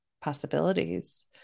possibilities